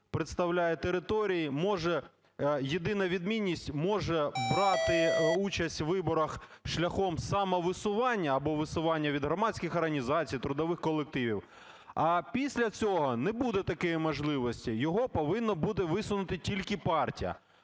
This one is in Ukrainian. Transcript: представляє території, може, єдина відмінність – може брати участь у виборах шляхом самовисування або висування від громадських організацій, трудових колективів. А після цього не буде такої можливості. Його повинна буде висунути тільки партія.